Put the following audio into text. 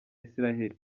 israel